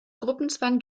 gruppenzwang